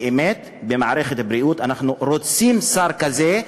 באמת במערכת הבריאות אנחנו רוצים שר כזה,